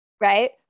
right